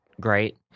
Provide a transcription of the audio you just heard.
great